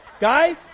guys